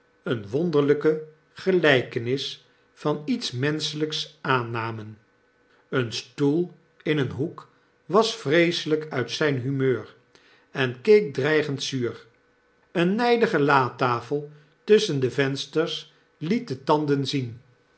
een wonderlpe gelijkenis van iets menschelps aannamen een stoel in een hoek was vreeselp uit zp humeur en keek dreigend zuur eene npige latafel tusschen de vensters liet de tanden zien